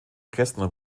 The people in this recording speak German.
kästner